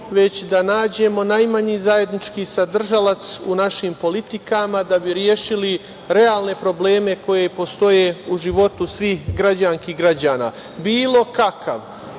već da nađemo najmanji zajednički sadržalac u našim politikama da bi rešili realne probleme koje postoje u životu svih građanki i građana. Bilo kakav